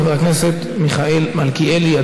חבר הכנסת מיכאל מלכיאלי,